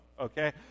okay